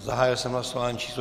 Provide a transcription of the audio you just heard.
Zahájil jsem hlasování číslo 418.